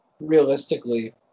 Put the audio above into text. realistically